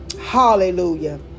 Hallelujah